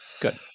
Good